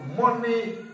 money